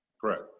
Correct